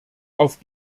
auf